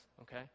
okay